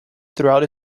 throughout